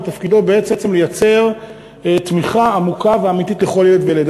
שתפקידו בעצם לייצר תמיכה עמוקה ואמיתית לכל ילד וילד.